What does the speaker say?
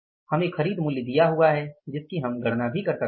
हमें खरीद मूल्य दिया हुआ है जिसकी हम गणना भी कर सकते हैं